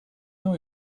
know